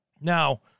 Now